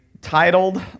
titled